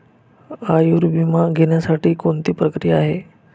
आयुर्विमा घेण्यासाठी कोणती प्रक्रिया आहे?